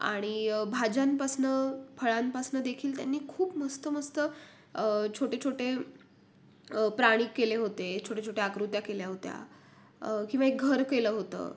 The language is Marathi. आणि भाज्यांपासून फळांपासून देखील त्यांनी खूप मस्त मस्त छोटेछोटे प्राणी केले होते छोटेछोटे आकृत्या केल्या होत्या किंवा एक घर केलं होतं